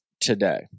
today